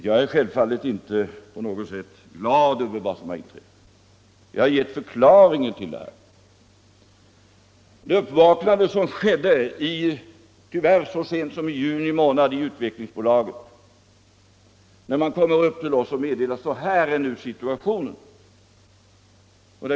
Jag är självfallet inte på något sätt glad över vad som har inträffat. Jag har gett förklaringen. Uppvaknandet skedde tyvärr så sent som i juni månad i Utvecklingsbolaget, när man kom upp till oss och meddelade: Så här är nu situationen.